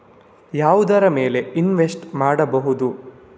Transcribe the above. ಯಾವುದರ ಮೇಲೆ ಇನ್ವೆಸ್ಟ್ ಮಾಡಬಹುದು?